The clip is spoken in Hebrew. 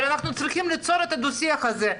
אבל אנחנו צריכים ליצור את הדו שיח הזה.